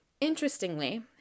Interestingly